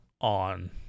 on